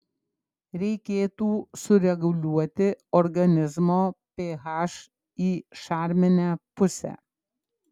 reikėtų sureguliuoti organizmo ph į šarminę pusę